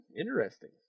Interesting